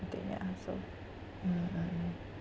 I think ya so mm mm mm